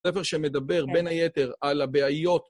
ספר שמדבר בין היתר על הבעיות